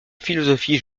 philosophie